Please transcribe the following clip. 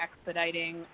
expediting